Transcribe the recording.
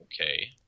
Okay